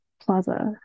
plaza